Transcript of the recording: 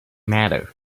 matter